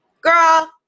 Girl